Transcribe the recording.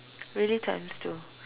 really times two